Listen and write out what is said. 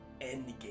Endgame